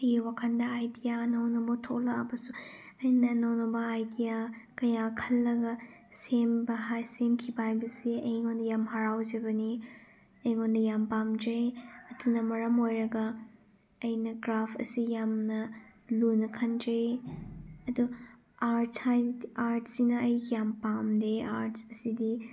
ꯑꯩꯒꯤ ꯋꯥꯈꯜꯅ ꯑꯥꯏꯗꯤꯌꯥ ꯑꯅꯧ ꯑꯅꯧꯕ ꯊꯣꯛꯂꯛꯑꯕꯁꯨ ꯑꯩꯅ ꯑꯅꯧ ꯑꯅꯧꯕ ꯑꯥꯏꯗꯤꯌꯥ ꯀꯌꯥ ꯈꯜꯂꯒ ꯁꯦꯝꯕ ꯁꯦꯝꯈꯤꯕ ꯍꯥꯏꯕꯁꯤ ꯑꯩꯉꯣꯟꯗ ꯌꯥꯝ ꯍꯔꯥꯎꯖꯕꯅꯤ ꯑꯩꯉꯣꯟꯗ ꯌꯥꯝ ꯄꯥꯝꯖꯩ ꯑꯗꯨꯅ ꯃꯔꯝ ꯑꯣꯏꯔꯒ ꯑꯩꯅ ꯀ꯭ꯔꯥꯐ ꯑꯁꯤ ꯌꯥꯝꯅ ꯂꯨꯅ ꯈꯟꯖꯩ ꯑꯗꯨ ꯑꯥꯔꯠꯁ ꯍꯥꯏꯕꯗꯤ ꯑꯥꯔꯠꯁꯤꯅ ꯑꯩ ꯌꯥꯝ ꯄꯥꯝꯗꯦ ꯑꯥꯔꯠ ꯑꯁꯤꯗꯤ